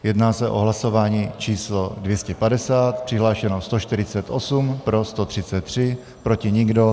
Jedná se o hlasování číslo 250, přihlášeno 148, pro 133, proti nikdo.